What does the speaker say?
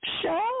show